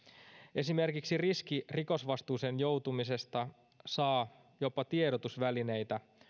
esimerkiksi riski rikosvastuuseen joutumisesta saa jopa tiedotusvälineitä